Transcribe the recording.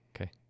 Okay